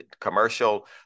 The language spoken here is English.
commercial